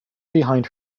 behind